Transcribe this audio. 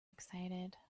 excited